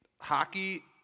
Hockey